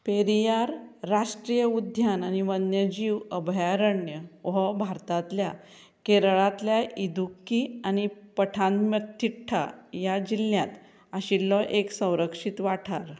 पेरियार राष्ट्रीय उद्ध्यान आनी वन्यजीव अभयारण्य हो भारतांतल्या केरळांतल्या इदुक्की आनी पठानमथिट्टा ह्या जिल्ल्यांत आशिल्लो एक संरक्षीत वाठार